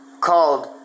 called